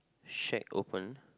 shack open